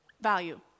value